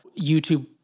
YouTube